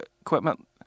equipment